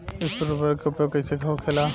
स्फुर उर्वरक के उपयोग कईसे होखेला?